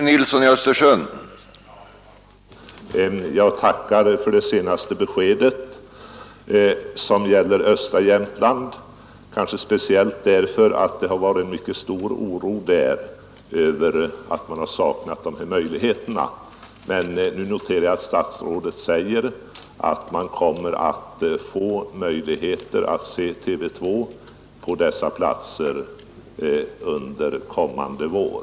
Herr talman! Jag tackar för det senaste beskedet, som gäller östra Jämtland, kanske speciellt därför att det har funnits mycket stort missnöje där över att man har saknat möjlighet att ta emot TV 2-sändningar. Nu noterar jag emellertid att statsrådet säger att man på dessa platser kommer att få möjligheter att se TV 2 under kommande vår.